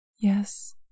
yes